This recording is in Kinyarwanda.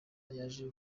yaje